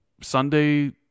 Sunday